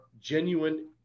genuine